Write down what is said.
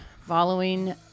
following